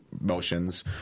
motions